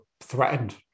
threatened